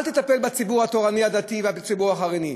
אל תטפל בציבור התורני-הדתי ובציבור החרדי,